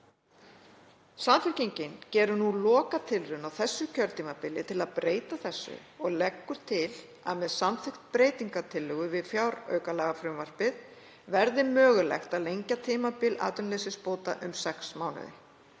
Samfylkingin gerir nú lokatilraun á þessu kjörtímabili til að breyta þessu og leggur til að með samþykkt breytingartillögu við fjáraukalagafrumvarpið verði mögulegt að lengja tímabil atvinnuleysisbóta um sex mánuði.